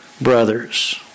brothers